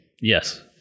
Yes